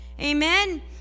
Amen